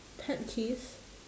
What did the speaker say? pet peeves